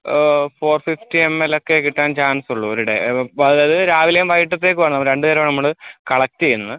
four fifty M L ഒക്കെ കിട്ടാൻ ചാൻസുള്ളു ഒരു ഡേ അപ്പം അതായത് രാവിലേയും വൈകിട്ടത്തേക്കുവാണ് അപ്പം രണ്ട് നേരമാണ് നമ്മള് കളക്ട് ചെയ്യുന്നത്